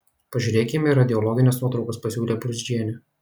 pažiūrėkime į radiologines nuotraukas pasiūlė burzdžienė